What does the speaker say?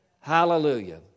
Hallelujah